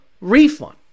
refund